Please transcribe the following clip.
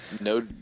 No